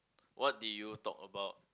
what did you talk about